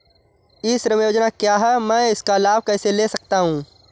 ई श्रम योजना क्या है मैं इसका लाभ कैसे ले सकता हूँ?